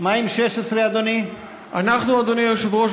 מרב מיכאלי, בנימין בן-אליעזר, יחיאל חיליק בר,